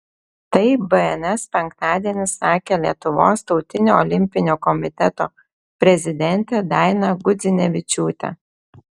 tai bns penktadienį sakė lietuvos tautinio olimpinio komiteto prezidentė daina gudzinevičiūtė